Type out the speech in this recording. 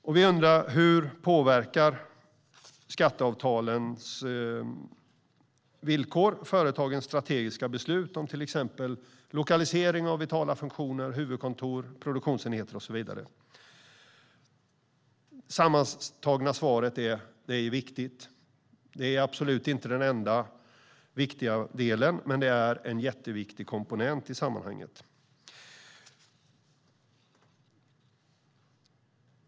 Vi ville veta hur skatteavtalens villkor påverkar företagens strategiska beslut om lokalisering av vitala funktioner, huvudkontor, produktionsenheter och så vidare. Det sammantagna svaret är att de är viktiga. Det är inte den enda viktiga delen, men det är en jätteviktig komponent i sammanhanget.